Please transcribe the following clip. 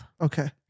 Okay